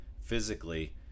physically